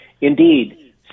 Indeed